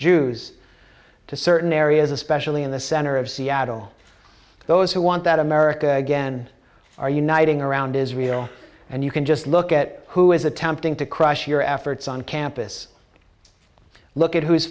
jews to certain areas especially in the center of seattle those who want that america again are uniting around israel and you can just look at who is attempting to crush your efforts on campus look at who